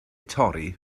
torri